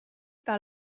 par